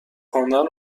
خواندن